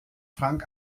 frank